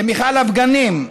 למיכל אבגנים,